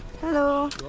Hello